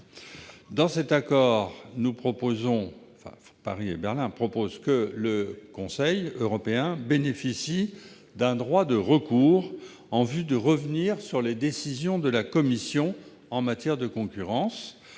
Dans ce manifeste, Paris et Berlin proposent que le Conseil européen bénéficie d'un droit de recours en vue de revenir sur les décisions de la Commission en matière de concurrence.